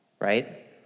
right